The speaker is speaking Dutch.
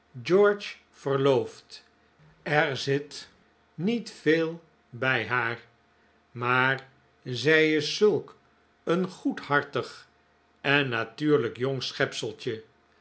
george verloofd er zit niet veel bij haar maar zij is zulk een goedhartig en natuurlijk jong